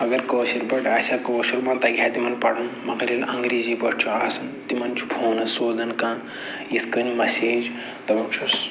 اَگر کٲشِرۍ پٲٹھۍ آسہِ ہہ کٲشُر ما تَگہِ ہہ تِمَن پَرُن مگر ییٚلہِ انگریٖزی پٲٹھۍ چھِ آسان تِمَن چھُ فونَس سوزان کانٛہہ یِتھ کٔنۍ مسیج دَپان چھُس